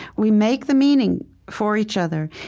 we make the meaning for each other.